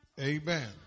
Amen